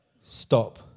Stop